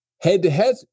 head-to-head